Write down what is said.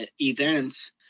events